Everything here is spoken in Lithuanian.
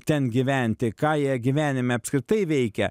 ten gyventi ką jie gyvenime apskritai veikia